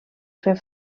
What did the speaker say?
fer